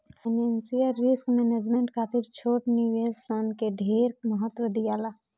financial risk management खातिर छोट निवेश सन के ढेर महत्व दियाला